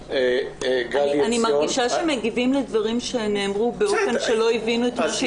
אני מרגישה שמגיבים לדברים שנאמרו באופן שלא הבינו את מה שהתכוונו.